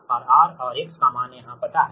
और R और X का मान यहाँ पता है